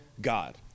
God